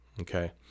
okay